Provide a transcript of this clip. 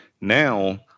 now